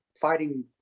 fighting